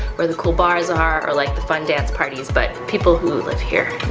where the cool bars are or like the fun dance parties. but people who live here